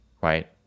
right